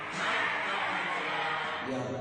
בשבילם,